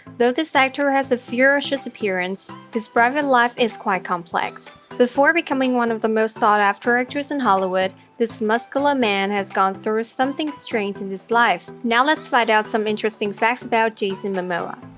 though this actor has a ferocious appearance, his private life is quite complex. before becoming one of the most sought-after actors in hollywood, this muscular man has gone through somethings strange in his life. now let's find out some interesting facts about jason momoa.